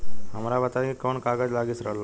हमरा बताई कि कौन कागज लागी ऋण ला?